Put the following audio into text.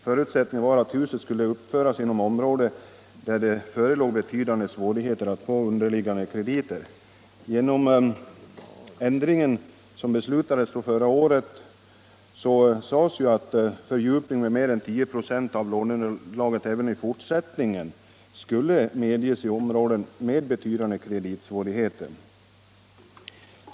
Förutsättningen var att huset skulle uppföras inom område där det förelåg betydande svårigheter att få underliggande krediter. Den ändring som beslutades förra året innebär att fördjupning med mer än 10 96 av låneunderlaget även i fortsättningen skall medges i områden med betydande kreditsvårigheter.